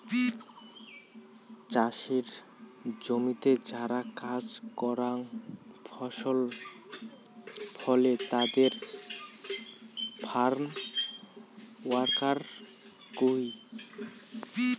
চাসের জমিতে যারা কাজ করাং ফসল ফলে তাদের ফার্ম ওয়ার্কার কুহ